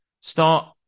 Start